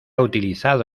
utilizado